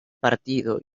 partido